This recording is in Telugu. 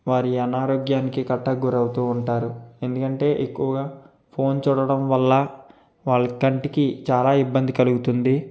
వారి అనారోగ్యానికి కట్ట గురవుతూ ఉంటారు ఎందుకంటే ఎక్కువగా ఫోన్ చూడడం వల్ల వాళ్ళ కంటికి చాలా ఇబ్బంది కలుగుతుంది